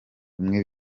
bimwe